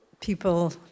people